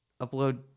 upload